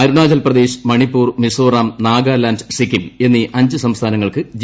അരുണാചൽ പ്രദേശ് മണിപ്പൂർ മിസോറാം നാഗാലാൻഡ് സിക്കിം എന്നീ അഞ്ച് സംസ്ഥാനങ്ങൾക്ക് ജി